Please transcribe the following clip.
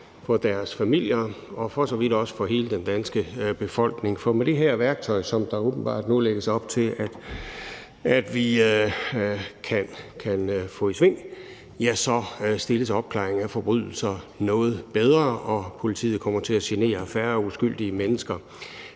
for deres familier og for så vidt også for hele den danske befolkning. For med det her værktøj, der åbenbart nu lægges op til at vi kan få i brug, stilles opklaring af forbrydelser noget bedre, og politiet kommer til at genere færre uskyldige mennesker.